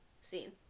scene